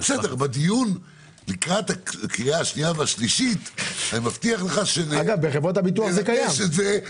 - לקראת הקריאה השנייה והשלישית נגבש את זה.